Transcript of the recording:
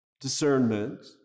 discernment